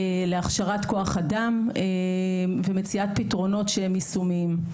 להכשרת כוח אדם ומציאת פתרונות שהם יישומיים.